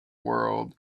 world